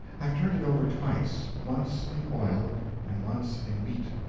i've turned it over twice once in oil and once in wheat.